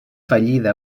fallida